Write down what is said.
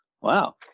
wow